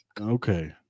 Okay